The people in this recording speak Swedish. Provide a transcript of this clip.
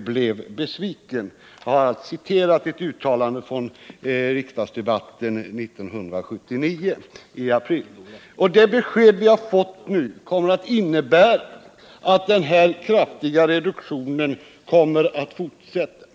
blev besviken, för att återge ett uttalande från riksdagsdebatten i april 1979. Det besked vi nu fått innebär att den här kraftiga reduktionen kommer att fortsätta.